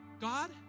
God